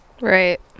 Right